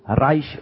Reich